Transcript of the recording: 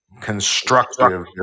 constructive